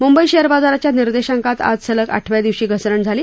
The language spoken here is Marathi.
मुंबई शेअर बाजाराच्या निर्देशाकांत आज सलग आठव्या दिवशी घसरण झाली